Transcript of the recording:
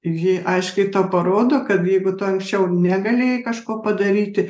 ji aiškiai parodo kad jeigu tu anksčiau negalėjai kažko padaryti